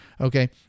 okay